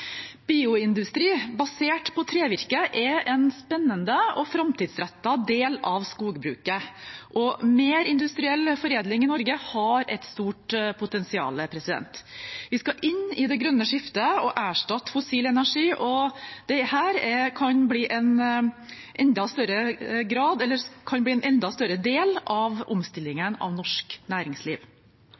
Bioindustri basert på trevirke er en spennende og framtidsrettet del av skogbruket, og mer industriell foredling i Norge har et stort potensial. Vi skal inn i det grønne skiftet og erstatte fossil energi, og dette kan bli en enda større